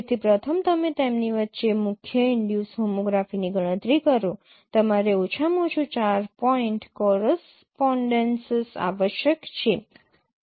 તેથી પ્રથમ તમે તેમની વચ્ચે મુખ્ય ઈનડ્યુસ હોમોગ્રાફીની ગણતરી કરો તમારે ઓછામાં ઓછું 4 પોઇન્ટ કોરસપોનડેન્સીસ આવશ્યક છે